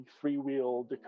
three-wheel